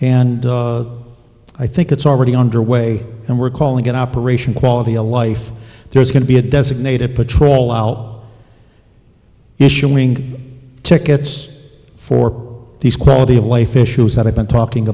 and i think it's already underway and we're calling it operation quality a life there is going to be a designated patrol i'll issuing tickets for these quality of life issues that i've been talking